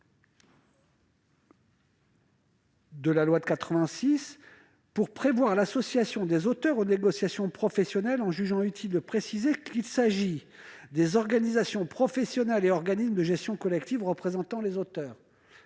de la loi de 1986 pour prévoir l'association des auteurs aux négociations professionnelles, en jugeant utile de préciser qu'il s'agit « des organisations professionnelles et organismes de gestion collective représentant les auteurs